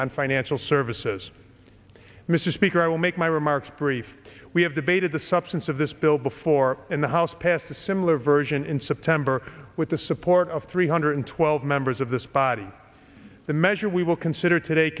on financial services mr speaker i will make my remarks brief we have debated the substance of this bill before in the house passed a similar version in september with the support of three hundred twelve members of this body the measure we will consider today